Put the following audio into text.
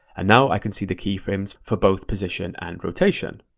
and now i can see the keyframes for both position and rotation.